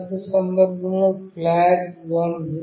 మొదటి సందర్భంలో ఫ్లాగ్ 1